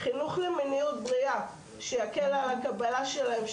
חינוך למיניות בריאה שיקל על הקבלה שלהם,